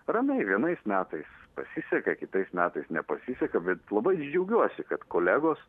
ramiai vienais metais pasiseka kitais metais nepasiseka bet labai džiaugiuosi kad kolegos